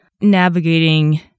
Navigating